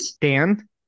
Dan